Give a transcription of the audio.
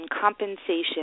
compensation